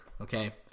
Okay